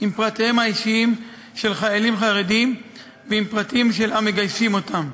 עם פרטיהם האישיים של חיילים חרדים ועם פרטים של המגייסים אותם.